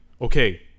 okay